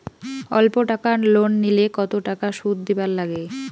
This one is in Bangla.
অল্প টাকা লোন নিলে কতো টাকা শুধ দিবার লাগে?